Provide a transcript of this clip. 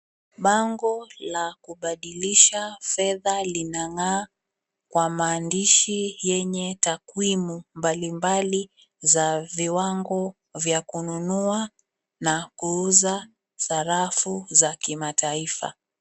Bango la kubadilisha fedha linang'aa kwa maandishi yenye takwimu mbalimbali za viwango vya kununua na kuuza sarafu za kimataifa.